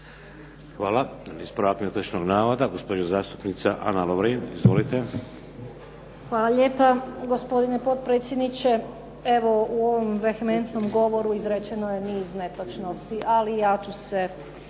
Hvala. Ispravak netočnog navoda, gospođa zastupnica Ana Lovrin. Izvolite. **Lovrin, Ana (HDZ)** Hvala lijepa gospodine potpredsjedniče. Evo u ovom vehementnom govoru izrečeno je niz netočnosti, ali ja ću se